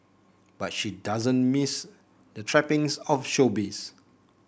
but she doesn't miss the trappings of showbiz